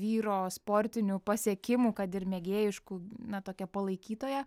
vyro sportinių pasiekimų kad ir mėgėjiškų na tokią palaikytoją